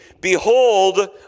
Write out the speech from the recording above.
behold